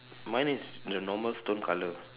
mine is the normal stone colour